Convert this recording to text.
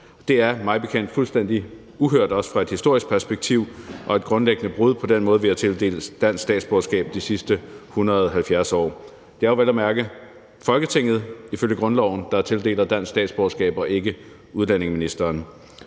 efter min opfattelse fuldstændig uhørt, også set i et historisk perspektiv, og et grundlæggende brud på den måde, vi har tildelt dansk statsborgerskab på de sidste 170 år. Det er ifølge grundloven vel at mærke Folketinget, der tildeler dansk statsborgerskab, og ikke udlændinge-